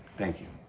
thank you.